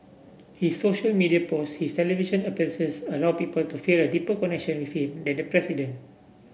his social media posts his television appearances allow people to feel a deeper connection with him than the president